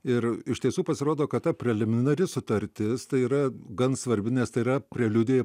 ir iš tiesų pasirodo kad ta preliminari sutartis tai yra gan svarbi nes tai yra preliudija